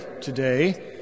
today